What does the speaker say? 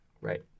Right